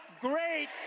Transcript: great